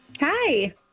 Hi